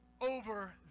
over